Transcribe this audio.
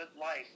life